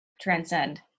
transcend